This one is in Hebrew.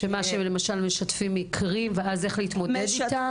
הם משתפים מקרים ומתייעצים איך להתמודד אתם?